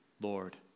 Lord